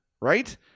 right